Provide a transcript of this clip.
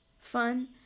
fun